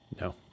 No